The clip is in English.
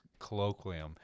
colloquium